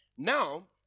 Now